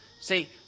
See